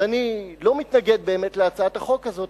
אז אני לא מתנגד באמת להצעת החוק הזאת,